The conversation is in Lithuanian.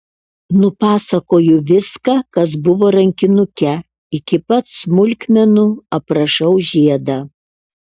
nupasakoju viską kas buvo rankinuke iki pat smulkmenų aprašau žiedą